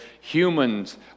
humans